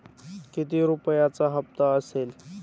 किती रुपयांचा हप्ता असेल?